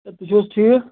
ہے تُہۍ چھِو حظ ٹھیٖک